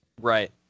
right